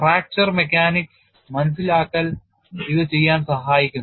fracture mechanics മനസ്സിലാക്കൽ ഇത് ചെയ്യാൻ സഹായിക്കുന്നു